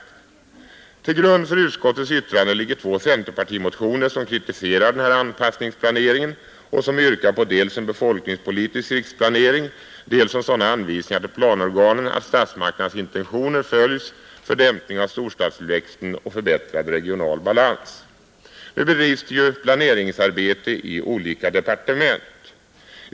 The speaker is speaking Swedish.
En befolkningspoli Till grund för utskottets yttrande ligger två centerpartimotioner, som tisk riksplanering kritiserar anpassningsplaneringen och yrkar på dels en befolkningspolitisk samt vissa åtgärder riksplanering, dels sådana anvisningar till planorganen att statsmakternas för att dämpa storintentioner följs för dämpning av storstadstillväxten och förbättrad stadstillväxten regional balans. Det bedrivs för närvarande ett planeringsarbete inom olika departe ment.